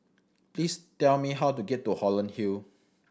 please tell me how to get to Holland Hill